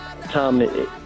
Tom